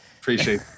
Appreciate